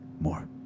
More